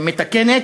מתקנת.